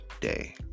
day